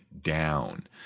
down